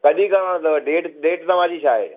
कॾहिं करिणो अथव डेट डेट तव्हांजी छा आहे